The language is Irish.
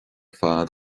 fad